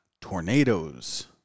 tornadoes